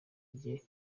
rye